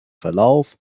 verlauf